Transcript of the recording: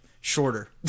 shorter